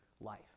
life